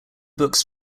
books